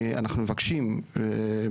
אנחנו מאוד